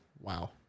Wow